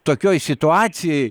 tokioj situacijoj